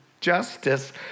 justice